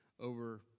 over